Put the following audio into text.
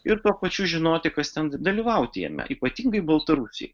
ir tuo pačiu žinoti kas ten dalyvauti jame ypatingai baltarusijoj